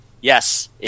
yes